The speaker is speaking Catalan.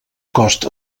cost